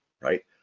right